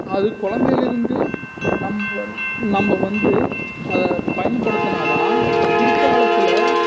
அது கொழந்தையில இருந்தே நம்ப நம்ப வந்து அத பயன்படுத்துனால்தான் பிற்காலத்தில்